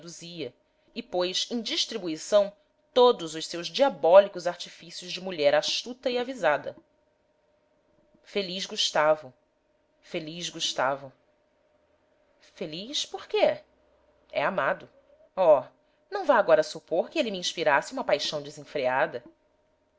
produzia e pôs em distribuição todos os seus diabólicos artifícios de mulher astuta e avisada feliz gustavo feliz por quê é amado oh não vá agora supor que ele me inspirasse uma paixão desenfreada